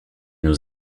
nous